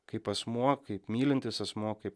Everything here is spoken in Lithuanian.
kaip asmuo kaip mylintis asmuo kaip